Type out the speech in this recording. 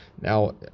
Now